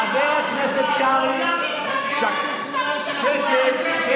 חבר הכנסת קרעי, שקט.